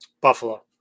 Buffalo